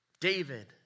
David